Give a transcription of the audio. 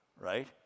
right